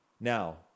Now